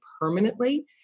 permanently